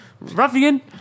ruffian